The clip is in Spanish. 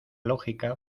lógica